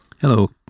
Hello